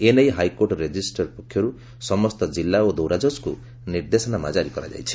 ଏ ନେଇ high court registry ପକ୍ଷରୁ ସମସ୍ତ ଜିଲ୍ଲା ଓ ଦୌରାଜଜଙ୍ଙୁ ନିର୍ଦ୍ଦେଶନାମା ଜାରି କରାଯାଇଛି